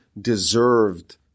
deserved